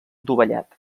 dovellat